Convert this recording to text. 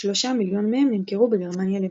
שלושה מיליון מהם נמכרו בגרמניה לבדה.